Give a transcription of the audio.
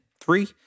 three